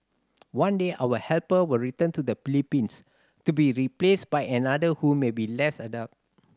one day our helper will return to the Philippines to be replaced by another who may be less adept